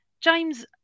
James